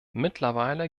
mittlerweile